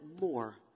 more